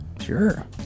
sure